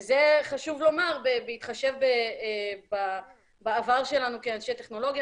ואת זה חשוב לומר בהתחשב בעבר שלנו כאנשי טכנולוגיה